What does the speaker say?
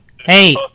Hey